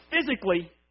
physically